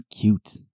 cute